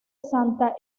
santa